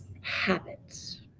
habits